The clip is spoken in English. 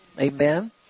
Amen